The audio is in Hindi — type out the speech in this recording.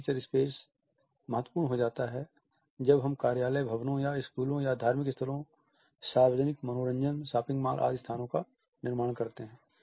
फिक्स्ड फीचर स्पेस महत्वपूर्ण हो जाता है जब हम कार्यालय भवनों या स्कूलों या धार्मिक स्थलों सार्वजनिक मनोरंजन शॉपिंग मॉल आदि स्थानों का निर्माण करते हैं